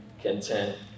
content